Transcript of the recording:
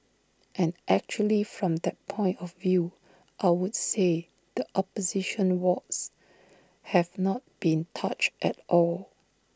and actually from that point of view I would say the opposition wards have not been touched at all